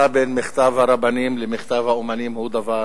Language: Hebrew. בין מכתב הרבנים למכתב האמנים היא דבר